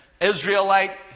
Israelite